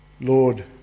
Lord